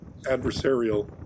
adversarial